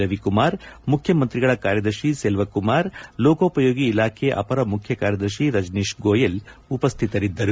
ರವಿಕುಮಾರ್ ಮುಖ್ಯಮಂತ್ರಿಗಳ ಕಾರ್ಯದರ್ತಿ ಸೆಲ್ವಕುಮಾರ್ ಲೋಕೋಪಯೋಗಿ ಇಲಾಖೆ ಅಪರ ಮುಖ್ಯಕಾರ್ಯದರ್ಶಿ ರಜನೀಶ್ ಗೋಯಲ್ ಉಪಸ್ಥಿತರಿದ್ದರು